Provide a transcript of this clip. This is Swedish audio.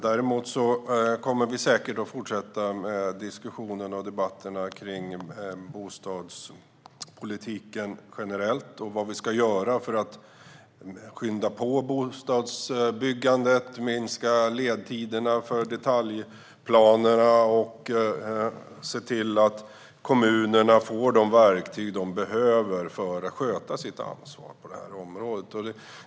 Däremot kommer vi säkert att fortsätta med diskussionerna och debatterna kring bostadspolitiken generellt och vad vi ska göra för att skynda på bostadsbyggandet, minska ledtiderna för detaljplaner och se till att kommunerna får de verktyg som de behöver för att sköta sitt ansvar på detta område.